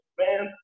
man